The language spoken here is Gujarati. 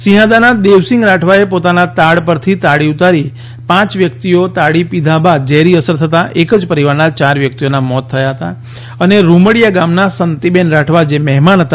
સિંહાદાના દેવસીંગ રાઠવાએ પોતાના તાડ પરથી તાડી ઉતારી પાંચ વ્યક્તિઓ તાડી પીધા બાદ ઝેરી અસર થતાં એકજ પરિવારના ચાર વ્યક્તિઓના મોત થાય હતા અને રૂમડીયા ગામના સંતીબેન રાઠવા જે મહેમાન હતા